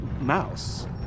Mouse